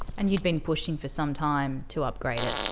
and you'd been pushing for some time to upgrade it?